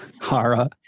Hara